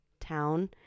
town